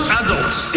adults